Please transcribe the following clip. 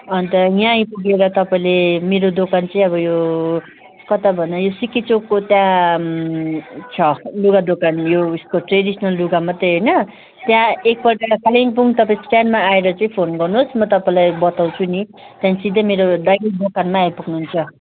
अन्त यहाँ आइपुगेर तपाईँले मेरो दोकान चाहिँ अब यो कता भन्नु यो सिके चोकको त्यहाँ छ लुगा दोकान यो उयोसको यो ट्रेडिसनल लुगा मात्रै होइन त्यहाँ एकपल्ट कालिम्पोङ तपाईँ स्ट्यान्डमा आएर चाहिँ फोन गर्नुहोस् म तपाईँलाई बताउँछु नि त्यहाँदेखि सिधै मेरो डाइरेक्ट दोकानमै आइपुग्नुहुन्छ